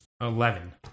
Eleven